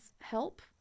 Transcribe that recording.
help